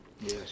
Yes